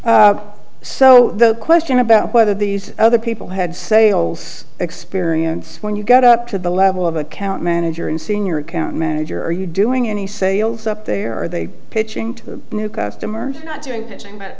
so the question about whether these other people had sales experience when you get up to the level of account manager and senior account manager are you doing any sales up there are they pitching to new customers not doing pit